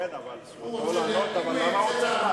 כן, זכותו לענות, אבל למה הוא צריך,